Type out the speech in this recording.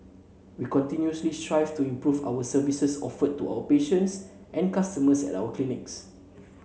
we continuously strive to improve our services offered to our patients and customers at our clinics